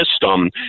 system